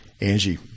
Angie